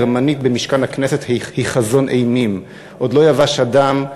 גרמנית במשכן הכנסת היא חזון אימים: עוד לא יבש הדם,